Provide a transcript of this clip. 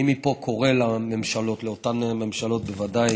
אני מפה קורא לממשלות, לאותן ממשלות, בוודאי